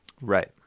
Right